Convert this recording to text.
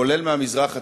כולל מהמזרח התיכון,